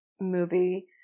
movie